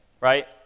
right